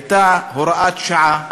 הייתה הוראת שעה,